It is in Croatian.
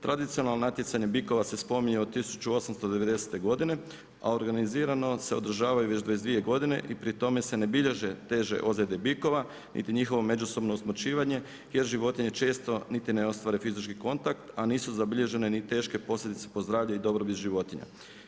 Tradicionalno natjecanje bikova se spominje od 1890. godine a organizirano se održavaju već 22. godine i pri tome se ne bilježe teže ozljede bikova niti njihovo međusobno usmrćivanje jer životinje često niti ne ostvare fizički kontakt a nisu zabilježene ni teške posljedice po zdravlje i dobrobit životinja.